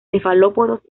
cefalópodos